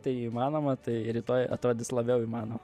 tai įmanoma tai rytoj atrodys labiau įmano